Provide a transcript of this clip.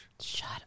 Shut